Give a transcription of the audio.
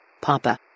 Papa